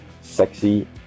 sexy